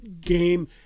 game